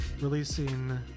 releasing